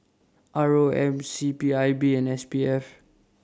R O M C P I B and S P F